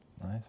Nice